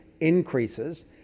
increases